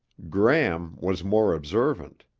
gram was more observant.